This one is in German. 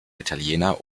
italiener